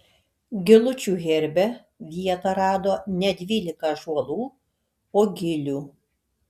gilučių herbe vietą rado ne dvylika ąžuolų o gilių